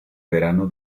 verano